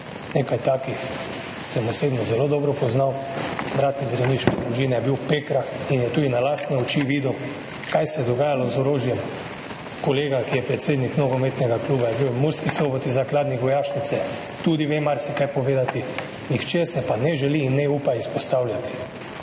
Nekaj takih sem osebno zelo dobro poznal. Brat iz rejniške družine je bil v Pekrah in je tudi na lastne oči videl, kaj se je dogajalo z orožjem. Kolega, ki je predsednik nogometnega kluba, je bil v Murski Soboti zakladnik vojašnice, tudi ve marsikaj povedati. Nihče se pa ne želi in ne upa izpostavljati.